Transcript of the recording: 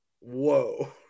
Whoa